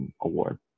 award